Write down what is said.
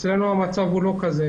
אצלנו המצב לא כזה,